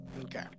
Okay